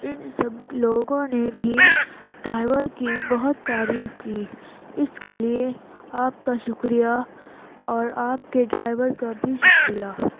ان سب لوگوں نے بھی ڈرائیور کی بہت تعریف کی اس کے لیے آپ کا شکریہ اور آپ کے ڈرائیور کا بھی شکریہ